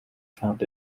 found